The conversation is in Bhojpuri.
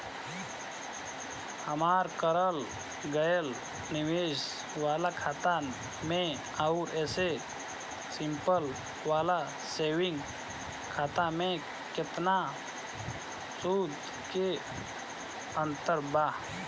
हमार करल गएल निवेश वाला खाता मे आउर ऐसे सिंपल वाला सेविंग खाता मे केतना सूद के अंतर बा?